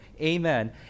Amen